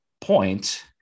point